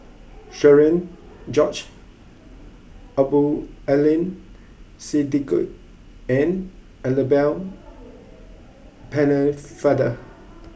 Cherian George Abdul Aleem Siddique and Annabel Pennefather